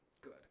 good